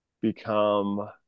become